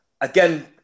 again